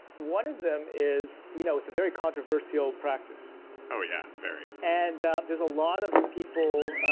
one of them is you know it's a very controversial practice oh yeah, very and ah there's a lot of people